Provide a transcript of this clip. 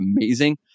amazing